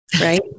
right